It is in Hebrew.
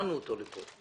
שהזמנו אותו לכאן.